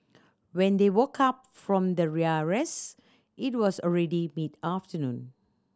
when they woke up from the rest it was already mid afternoon